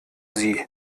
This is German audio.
sie